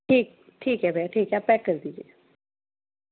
ठीक ठीक है भैया ठीक है आप पैक कर दीजिए